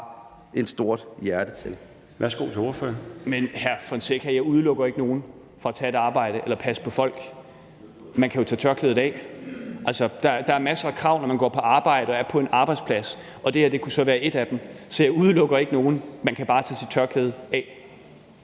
Kl. 20:56 Peter Kofod (DF): Men, hr. Mike Villa Fonseca, jeg udelukker ikke nogen fra at tage et arbejde eller passe på folk. Man kan jo tage tørklædet af. Der er masser af krav, når man går på arbejde og er på en arbejdsplads, og det her kunne så være et af dem. Så jeg udelukker ikke nogen; man kan bare tage sit tørklæde af.